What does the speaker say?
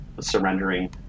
surrendering